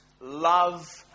love